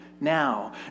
now